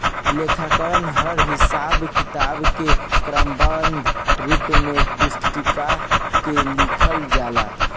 लेखाकरण हर हिसाब किताब के क्रमबद्ध रूप से पुस्तिका में लिखल जाला